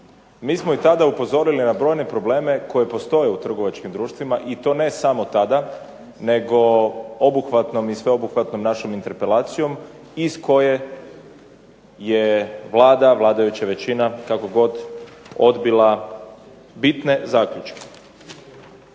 Mi smo i tada upozorili na brojne probleme koji postoje u trgovačkim društvima i to ne samo tada nego obuhvatnom i sveobuhvatnom našom interpelacijom iz koje je Vlada, vladajuća većina, kako god, odbila bitne zaključke.